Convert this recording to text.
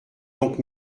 donc